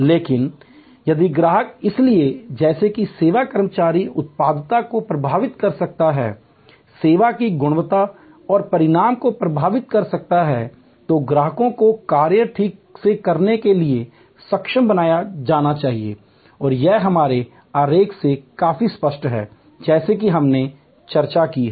लेकिन यदि ग्राहक इसलिए जैसा कि सेवा कर्मचारी उत्पादकता को प्रभावित कर सकते हैं सेवा की गुणवत्ता और परिणाम को प्रभावित कर सकते हैं तो ग्राहकों को कार्य ठीक से करने के लिए सक्षम बनाया जाना चाहिए और यह हमारे आरेख से काफी स्पष्ट है जैसा कि हमने चर्चा की है